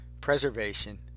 preservation